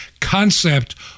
concept